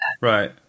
Right